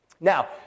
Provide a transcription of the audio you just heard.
Now